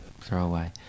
throwaway